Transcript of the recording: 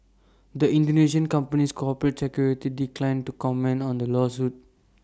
the Indonesian company's corporate secretary declined to comment on the lawsuit